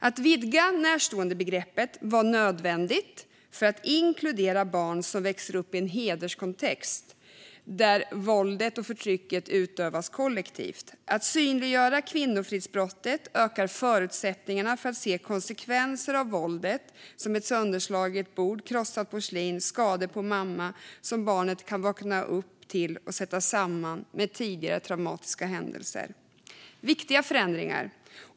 Att vidga närståendebegreppet var nödvändigt för att inkludera barn som växer upp i en kontext där hedersrelaterat våld och förtryck utövas kollektivt. Att synliggöra kvinnofridsbrottet ökar förutsättningarna för att se konsekvenser av våldet, som ett sönderslaget bord, krossat porslin, skador på mamman som barnet kan vakna upp till och sätta samman med tidigare traumatiska händelser. Det är viktiga förändringar.